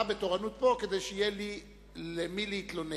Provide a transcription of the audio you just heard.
אתה בתורנות פה, כדי שיהיה לי לפני מי להתלונן.